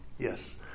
Yes